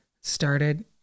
started